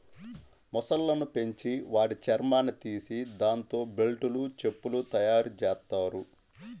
మొసళ్ళను పెంచి వాటి చర్మాన్ని తీసి దాంతో బెల్టులు, చెప్పులు తయ్యారుజెత్తారు